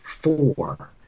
four